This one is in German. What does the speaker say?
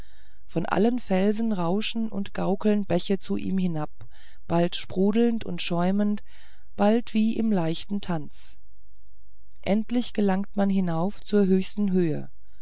von allen felsen rauschen und gaukeln bäche zu ihm hinab bald sprudelnd und schäumend bald wie im leichten tanz endlich gelangt man hinauf zur höchsten höhe